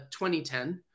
2010